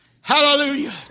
Hallelujah